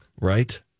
Right